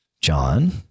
John